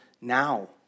now